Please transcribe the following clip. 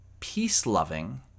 Peace-loving